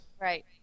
Right